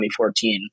2014